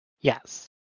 Yes